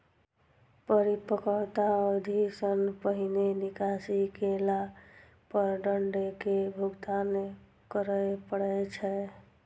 परिपक्वता अवधि सं पहिने निकासी केला पर दंड के भुगतान करय पड़ै छै